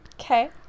Okay